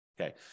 Okay